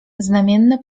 znamienne